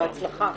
בהצלחה.